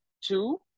Two